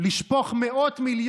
המדינה מדממת,